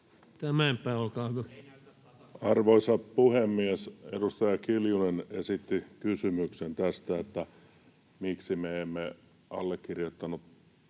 Arvoisa puhemies! Edustaja Kiljunen esitti kysymyksen, että miksi me emme allekirjoittaneet